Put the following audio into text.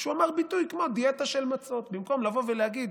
כשהוא אמר ביטוי כמו "דיאטה של מצות" במקום לבוא ולהגיד